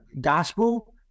gospel